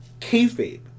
kayfabe